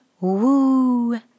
woo